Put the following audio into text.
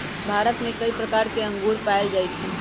भारत में कई प्रकार के अंगूर पाएल जाई छई